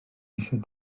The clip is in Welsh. eisiau